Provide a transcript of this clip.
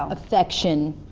affection.